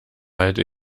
halte